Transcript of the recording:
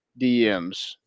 DMs